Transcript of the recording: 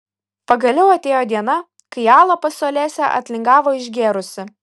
pagaliau atėjo diena kai ala pas olesią atlingavo išgėrusi